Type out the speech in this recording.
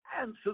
answers